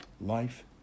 Life